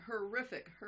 horrific